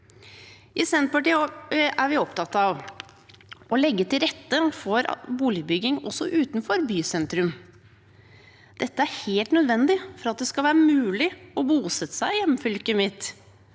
I Senterpartiet er vi opptatt av å legge til rette for boligbygging også utenfor bysentrum. Dette er helt nødvendig for at det skal være mulig å bosette seg i hjemfylket mitt.